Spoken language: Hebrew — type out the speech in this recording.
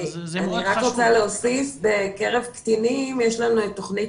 אני רוצה להוסיף שבקרב קטינים יש לנו את תוכנית